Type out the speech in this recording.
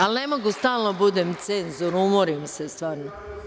Ali, ne mogu stalno da budem cenzor, umorim se stvarno.